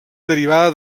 derivada